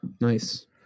Nice